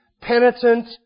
penitent